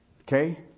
Okay